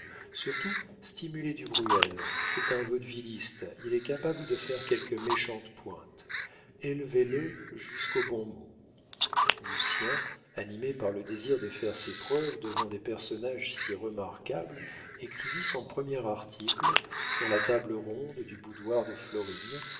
surtout stimulez du bruel c'est un vaudevilliste il est capable de faire quelques méchantes pointes élevez le jusqu'au bon mot lucien animé par le désir de faire ses preuves devant des personnages si remarquables écrivit son premier article sur la table ronde du boudoir de florine